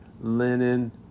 linen